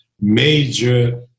major